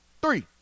Three